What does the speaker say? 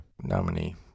Nominee